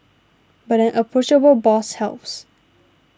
but an approachable boss helps